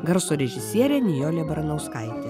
garso režisierė nijolė baranauskaitė